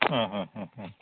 ആ ഹ് ഹ് ഹ്